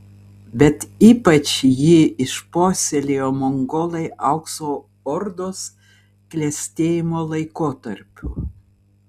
bet ypač jį išpuoselėjo mongolai aukso ordos klestėjimo laikotarpiu